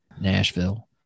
Nashville